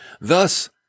Thus